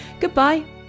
goodbye